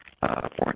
foreign